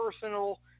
personal